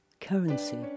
currency